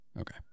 Okay